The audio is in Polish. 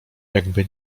jakby